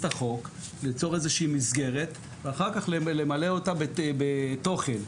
איזושהי מסגרת ואחר כך למלא אותה בתוכן.